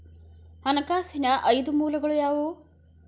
ಹಣಕಾಸಿನ ಐದು ಮೂಲಗಳು ಯಾವುವು?